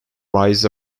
rises